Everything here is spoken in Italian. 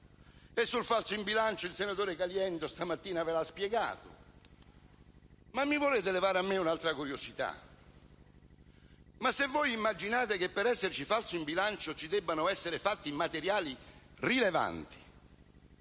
E sul falso in bilancio il senatore Caliendo stamattina ha spiegato. Mi volete togliere un'altra curiosità? Se immaginate che per esserci falso in bilancio ci debbano essere fatti materiali rilevanti